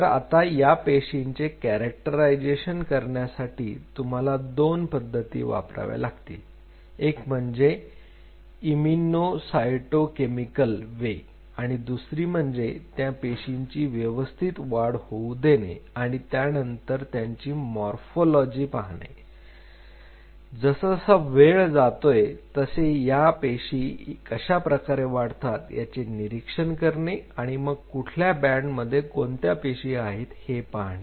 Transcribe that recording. तर आता या पेशींचे कॅरेक्टरायझेशन करण्यासाठी तुम्हाला दोन पद्धती वापरावे लागतील एक म्हणजे इमिनोसायटो केमिकल वे आणि दुसरी म्हणजे त्या पेशींची व्यवस्थित वाढ होऊ देणे आणि त्यानंतर त्यांची मोर्फोलॉजी पाहणे जसजसा वेळ जातोय तसे या पेशी कशा प्रकारे वाढतात याचे निरीक्षण करणे आणि मग कुठल्या बँडमध्ये कोणत्या पेशी आहेत हे पाहणे